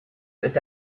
peut